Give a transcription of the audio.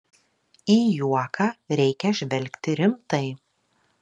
į juoką reikia žvelgti rimtai